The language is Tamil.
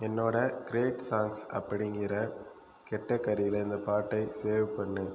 என்னோட க்ரேட் சாங்ஸ் அப்படிங்கிற கேட்டகரில இந்த பாட்டை சேவ் பண்ணு